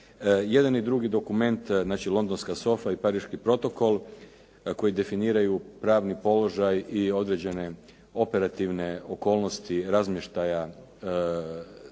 Jedan i drugi dokument, znači "Londonska sofa" i "Pariški protokol" koji definiraju pravni položaj i određene operativne okolnosti razmještaja